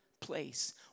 place